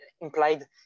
implied